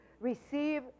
receive